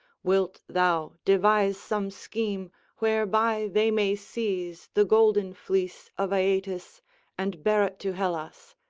wilt thou devise some scheme whereby they may seize the golden fleece of aeetes and bear it to hellas,